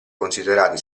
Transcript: considerati